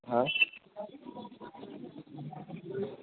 હા